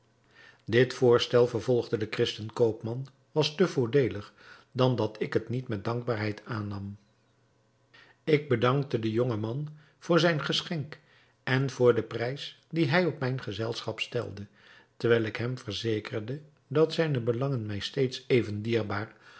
dit voorstel vervolgde de christen koopman was te voordeelig dan dat ik het niet met dankbaarheid aannam ik bedankte den jongen koopman voor zijn geschenk en voor den prijs dien hij op mijn gezelschap stelde terwijl ik hem verzekerde dat zijne belangen mij steeds even dierbaar